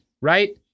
right